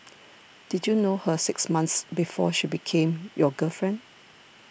did you know her six months before she became your girlfriend